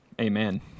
Amen